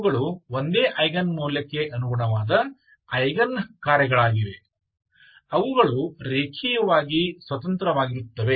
ಇವುಗಳು ಒಂದೇ ಐಗನ್ ಮೌಲ್ಯಕ್ಕೆ ಅನುಗುಣವಾದ ಐಗನ್ ಕಾರ್ಯಗಳಾಗಿವೆ ಅವುಗಳು ರೇಖೀಯವಾಗಿ ಸ್ವತಂತ್ರವಾಗಿರುತ್ತವೆ